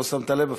לא שמת לב אפילו.